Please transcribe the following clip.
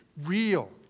real